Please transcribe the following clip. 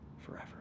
forever